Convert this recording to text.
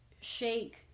shake